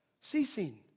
Ceasing